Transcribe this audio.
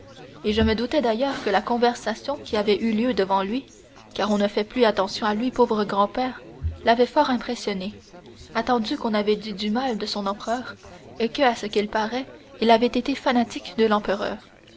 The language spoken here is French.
et je me doutais d'ailleurs que la conversation qui avait eu lieu devant lui car on ne fait plus attention à lui pauvre grand-père l'avait fort impressionné attendu qu'on avait dit du mal de son empereur et que à ce qu'il paraît il a été fanatique de l'empereur